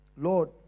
Lord